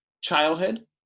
childhood